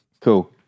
Cool